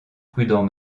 prudent